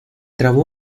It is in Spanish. trabó